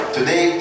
Today